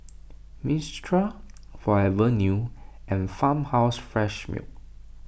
Mistral Forever New and Farmhouse Fresh Milk